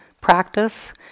practice